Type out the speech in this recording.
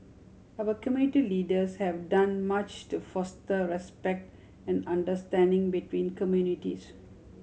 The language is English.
our community leaders have done much to foster respect and understanding between communities